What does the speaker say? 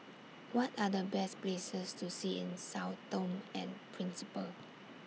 What Are The Best Places to See in Sao Tome and Principe